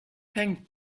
thank